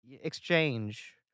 exchange